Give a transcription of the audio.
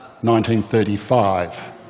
1935